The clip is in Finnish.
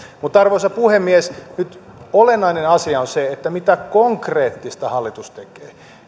arvoisa puhemies nyt olennainen asia on se mitä konkreettista hallitus tekee